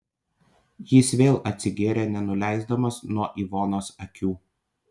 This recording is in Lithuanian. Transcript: jis vėl atsigėrė nenuleisdamas nuo ivonos akių